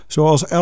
Zoals